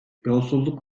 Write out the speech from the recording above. yolsuzluk